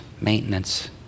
maintenance